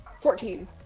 Fourteen